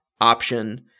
option